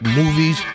movies